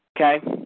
okay